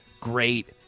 great